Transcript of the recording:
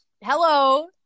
hello